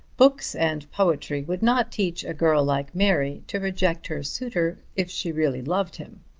books and poetry would not teach a girl like mary to reject her suitor if she really loved him.